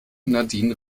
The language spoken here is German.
nadine